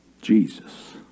Jesus